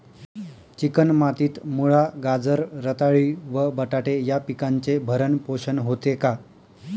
Chicken मातीत मुळा, गाजर, रताळी व बटाटे या पिकांचे भरण पोषण होते का?